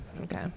okay